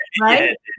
Right